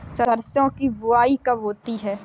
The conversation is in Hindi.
सरसों की बुआई कब होती है?